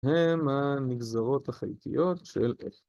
‫הם הנגזרות החלקיות של...